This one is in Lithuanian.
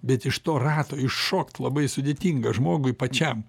bet iš to rato iššokt labai sudėtinga žmogui pačiam